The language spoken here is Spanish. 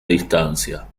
distancia